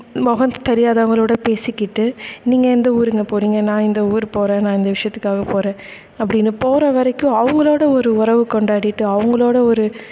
முகம் தெரியாதவங்களோடு பேசிக்கிட்டு நீங்கள் எந்த ஊருங்க போகிறீங்க நான் இந்த ஊரு போகிறேன் நான் இந்த விஷயத்துக்காக போகிறேன் அப்படின்னு போகிற வரைக்கும் அவங்களோடு ஒரு உறவு கொண்டாடிகிட்டு அவங்களோடு ஒரு